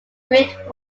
great